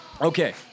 Okay